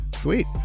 sweet